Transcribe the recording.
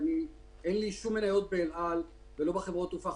אין לי שום מניות באל על ולא בחברות התעופה האחרות.